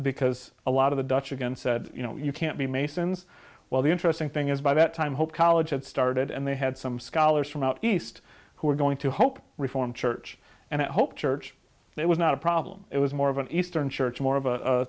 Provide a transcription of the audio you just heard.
because a lot of the dutch again said you know you can't be masons well the interesting thing is by that time hope college had started and they had some scholars from out east who were going to hope reform church and i hope church it was not a problem it was more of an eastern church more of a